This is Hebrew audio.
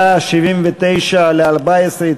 אנחנו בסעיף 79, ל-2013,